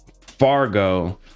Fargo